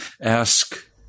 Ask